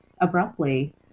abruptly